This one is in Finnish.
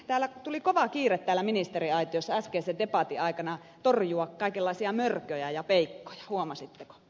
täällä tuli kova kiire täällä ministeriaitiossa äskeisen debatin aikana torjua kaikenlaisia mörköjä ja peikkoja